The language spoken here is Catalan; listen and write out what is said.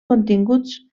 continguts